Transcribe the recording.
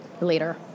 later